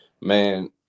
man